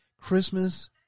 Christmas